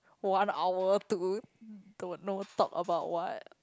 one hour to don't know talk about what